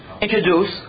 introduce